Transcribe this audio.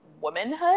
womanhood